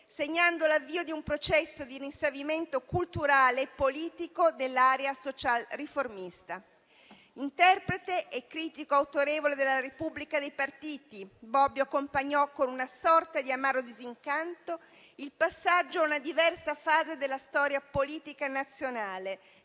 segnando l'avvio di un processo di rinsavimento culturale e politico dell'area social-riformista. Interprete e critico autorevole della Repubblica dei partiti, Bobbio accompagnò con una sorta di amaro disincanto il passaggio a una diversa fase della storia politica nazionale,